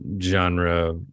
genre